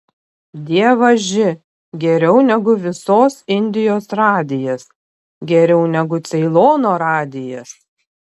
dievaži geriau negu visos indijos radijas geriau negu ceilono radijas